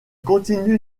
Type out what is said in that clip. continue